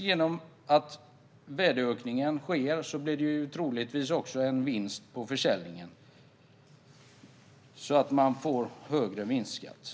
Genom värdeökningen blir det troligtvis också en vinst vid försäljningen som gör att man får högre vinstskatt.